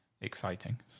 exciting